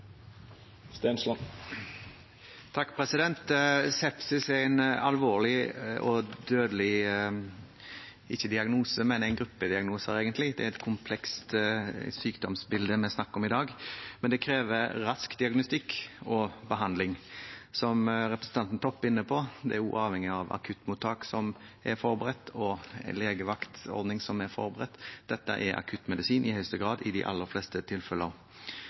er et komplekst sykdomsbilde vi snakker om i dag, men det krever rask diagnostikk og behandling. Som representanten Toppe er inne på, er det også avhengig av akuttmottak som er forberedt, og en legevaktordning som er forberedt. Dette er akuttmedisin i høyeste grad, i de aller fleste tilfeller.